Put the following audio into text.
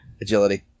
Agility